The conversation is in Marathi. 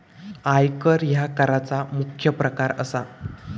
आयकर ह्या कराचा मुख्य प्रकार असा